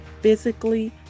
physically